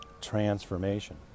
transformation